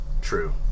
True